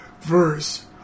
verse